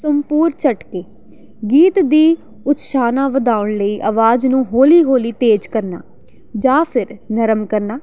ਸੰਪੂਰ ਝਟਕੇ ਗੀਤ ਦੀ ਉਤਸ਼ਾਹਨਾ ਵਧਾਉਣ ਲਈ ਆਵਾਜ਼ ਨੂੰ ਹੌਲੀ ਹੌਲੀ ਤੇਜ਼ ਕਰਨਾ ਜਾਂ ਫਿਰ ਨਰਮ ਕਰਨਾ